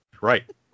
right